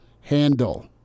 handle